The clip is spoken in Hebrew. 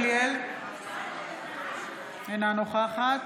גמליאל, אינה נוכחת